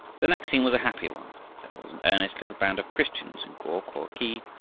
the next scene was a happier one. there was an earnest little band of christians in go-ko-khi,